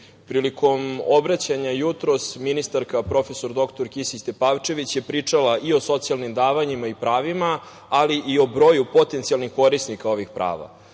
politiku. Prilikom obraćanja jutros ministarka prof. dr Kisić Tepavčević je pričala i o socijalnim davanjima i pravima, ali i o broju potencijalnih korisnika ovih prava. Važno